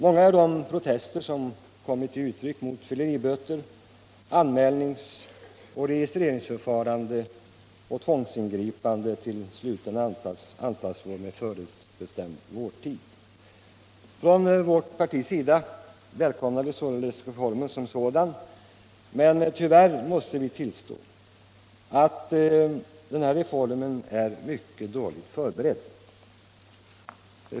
Många är de protester som har kommit till uttryck mot fylleriböter, anmälnings och registreringsförfarande samt tvångsintagning på sluten anstalt med förutbestämd vårdtid. Från vårt parti välkomnar vi således reformen som sådan. Men tyvärr måste vi tillstå att denna reform är mycket dåligt förberedd.